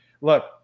look